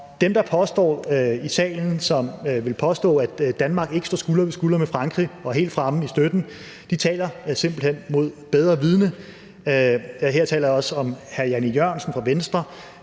Dem i salen, som vil påstå, at Danmark ikke står skulder ved skulder med Frankrig og er helt fremme med støtte, taler simpelt hen mod bedre vidende. Her taler jeg også om hr. Jan E. Jørgensen fra Venstre.